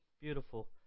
beautiful